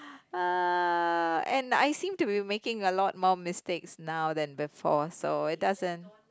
uh and I seem to be making a lot more mistakes now than before so it doesn't